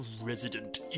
Resident